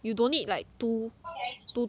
you don't need like two two